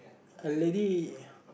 a lady